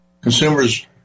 Consumers